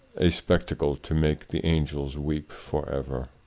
a spectacle to make the angels weep forever.